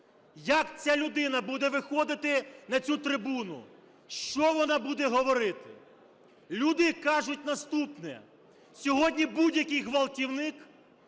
Як ця людина буде виходити на цю трибуну, що вона буде говорити? Люди кажуть наступне. Сьогодні будь-який ґвалтівник,